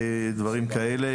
אולמות תפילה ודברים כאלה.